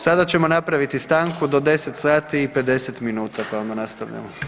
Sada ćemo napraviti stanku do 10,50 sati, pa onda nastavljamo.